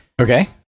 Okay